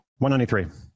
193